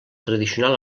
tradicional